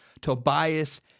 Tobias